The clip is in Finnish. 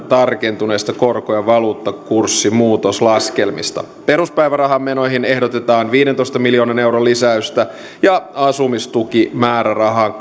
tarkentuneista korko ja valuuttakurssimuutoslaskelmista peruspäivärahan menoihin ehdotetaan viidentoista miljoonan euron lisäystä ja asumistukimäärärahaan